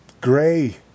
gray